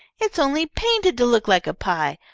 it is only painted to look like a pie.